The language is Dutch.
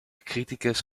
criticus